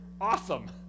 awesome